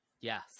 Yes